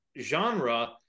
genre